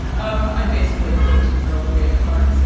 um i'm basically a fourteen year old boy at heart, so